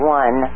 one